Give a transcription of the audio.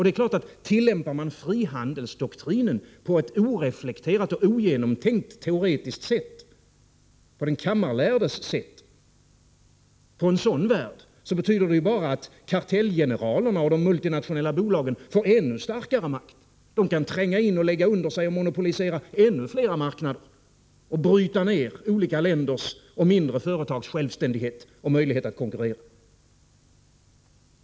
Tillämpar man frihandelsdoktrinen på ett oreflekterat och ogenomtänkt teoretiskt sätt, på den kammarlärdes sätt, i en sådan värld, innebär det bara att kartellgeneralerna och de multinationella bolagen får ännu starkare makt. De kan tränga in, lägga under sig och monopolisera ännu flera marknader och bryta ned olika länders och mindre företags självständighet och möjlighet att konkurrera.